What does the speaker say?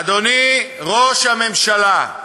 אדוני ראש הממשלה,